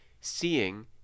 seeing